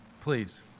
please